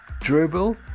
Dribble